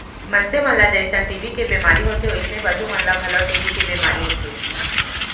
मनसे मन ल जइसन टी.बी के बेमारी होथे वोइसने पसु मन ल घलौ टी.बी के बेमारी होथे